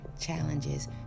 challenges